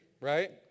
right